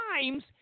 Times